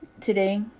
today